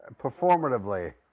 Performatively